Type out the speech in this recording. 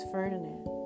Ferdinand